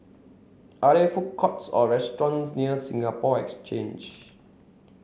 are there food courts or restaurants near Singapore Exchange